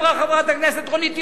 איך אמרה חברת הכנסת רונית תירוש?